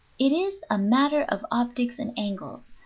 it is a matter of optics and angles,